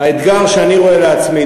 האתגר שאני רואה לעצמי,